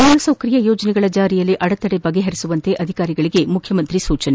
ಮೂಲ ಸೌಕರ್ಯ ಯೋಜನೆಗಳ ಜಾರಿಯಲ್ಲಿ ಅಡೆತಡೆ ಬಗೆಹರಿಸುವಂತೆ ಅಧಿಕಾರಿಗಳಿಗೆ ಮುಖ್ಯಮಂತ್ರಿ ಸೂಚನೆ